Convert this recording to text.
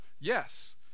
yes